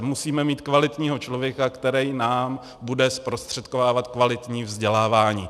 Musíme mít kvalitního člověka, který nám bude zprostředkovávat kvalitní vzdělávání.